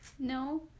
No